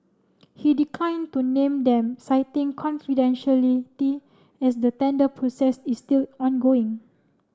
he declined to name them citing confidentiality as the tender process is still ongoing